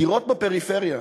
דירות בפריפריה,